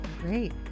Great